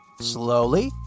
Slowly